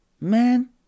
man